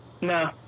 No